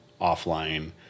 offline